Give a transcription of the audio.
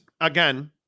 again